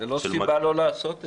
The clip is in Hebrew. זאת לא סיבה לא לעשות את זה.